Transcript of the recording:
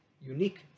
unique